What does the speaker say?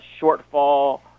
shortfall